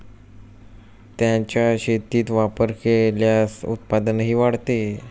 त्यांचा शेतीत वापर केल्यास उत्पादनही वाढते